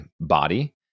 body